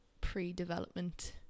pre-development